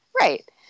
Right